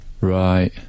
Right